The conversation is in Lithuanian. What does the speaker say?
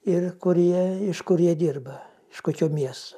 ir kur jie iš kur jie dirba iš kokių miestų